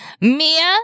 Mia